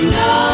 no